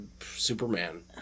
Superman